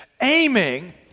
aiming